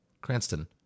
Cranston